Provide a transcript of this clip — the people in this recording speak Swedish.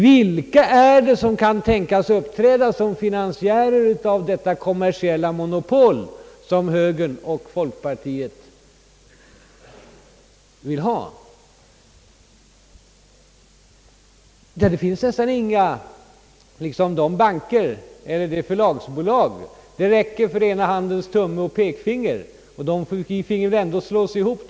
Vilka är det som kan tänkas uppträda som finansiärer av detta kommersiella monopol som högern och folkpartiet vill ha? Det finns nästan inga. För att räkna upp de banker eller förlagsbolag som står till buds räcker det med ena handens tumme och pekfinger, och de båda finge ändå slås ihop.